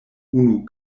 unu